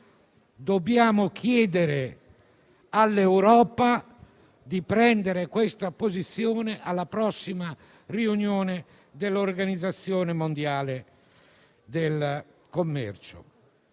Dobbiamo chiedere all'Europa di prendere la stessa posizione alla prossima riunione dell'Organizzazione mondiale del commercio.